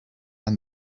and